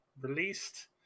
released